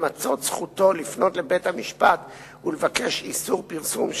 זכותו לפנות אל בית-המשפט ולבקש איסור פרסום שמו,